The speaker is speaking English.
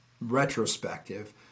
retrospective